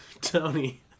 Tony